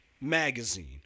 magazine